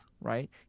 right